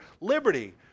liberty